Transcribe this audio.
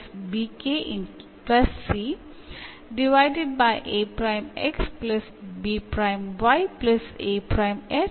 എന്നീ സമവാക്യങ്ങൾ എപ്പോഴും പരിഹരിക്കാൻ കഴിയുന്നവയാണ്